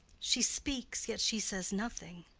she speaks, yet she says nothing.